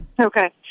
Okay